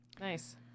Nice